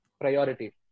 priority